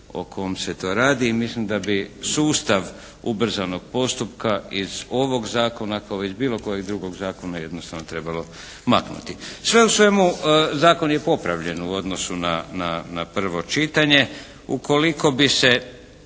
o kom se to radi. I mislim da bi sustav ubrzanog postupka iz ovog zakona kao i iz bilo kojeg drugog zakona jednostavno trebalo maknuti. Sve u svemu zakon je popravljen u odnosu na prvo čitanje. Ukoliko bi se